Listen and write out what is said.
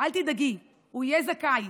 אל תדאגי, הוא יהיה זכאי.